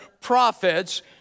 prophets